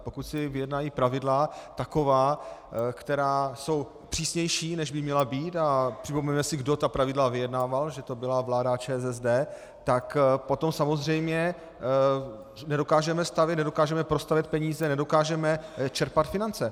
Pokud si vyjednají pravidla taková, která jsou přísnější, než by měla být, a přiznejme si, kdo ta pravidla vyjednával, že to byla vláda ČSSD, tak potom samozřejmě nedokážeme stavět, nedokážeme prostavět peníze, nedokážeme čerpat finance.